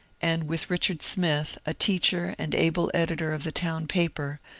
and with richard smith, a teacher and able editor of the town paper,